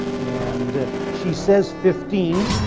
and she says fifteen,